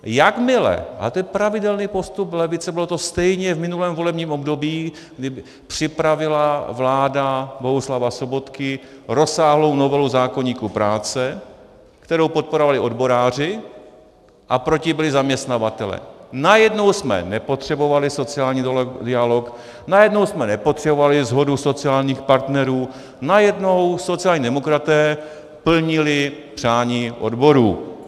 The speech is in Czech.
Jakmile a to je pravidelný postup levice, bylo to stejné i v minulém volebním období, kdy připravila vláda Bohuslava Sobotky rozsáhlou novelu zákoníku práce, kterou podporovali odboráři, a proti byli zaměstnavatelé, najednou jsme nepotřebovali sociální dialog, najednou jsme nepotřebovali shodu sociálních partnerů, najednou sociální demokraté plnili přání odborů.